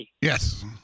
Yes